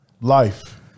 life